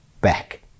back